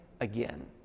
again